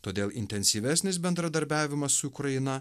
todėl intensyvesnis bendradarbiavimas su ukraina